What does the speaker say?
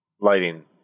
lighting